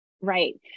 Right